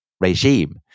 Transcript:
regime